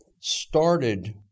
started